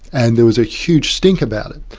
and there was a huge stink about it.